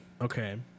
Okay